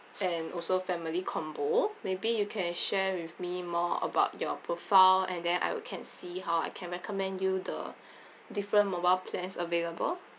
and also family combo maybe you can share with me more about your profile and then I can see how I can recommend you the different mobile plans available